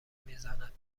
میزند